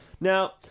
Now